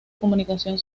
comunicación